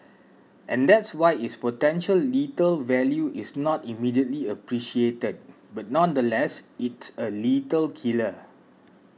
and that's why its potential lethal value is not immediately appreciated but nonetheless it's a lethal killer